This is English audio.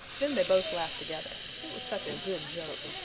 then they both laughed together. it was such a good joke.